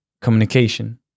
communication